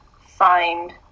find